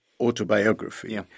autobiography